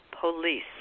Police